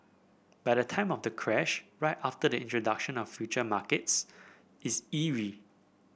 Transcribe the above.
but the time of the crash right after the introduction of future markets is eerie